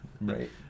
right